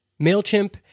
MailChimp